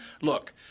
Look